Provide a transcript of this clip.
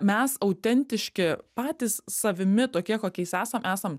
mes autentiški patys savimi tokie kokiais esam esam